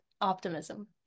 optimism